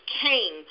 came